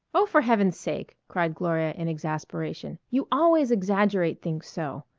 oh, for heaven's sake, cried gloria in exasperation, you always exaggerate things so!